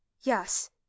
yes